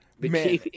Man